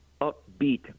upbeat